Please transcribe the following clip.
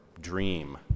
dream